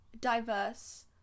diverse